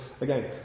again